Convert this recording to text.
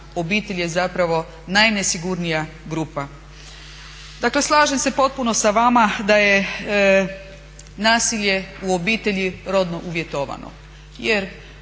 obitelj je zapravo najnesigurnija grupa. Dakle, slažem se potpuno sa vama da je nasilje u obitelji rodno uvjetovano